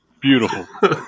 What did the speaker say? Beautiful